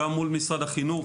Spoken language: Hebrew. גם מול משרד החינוך,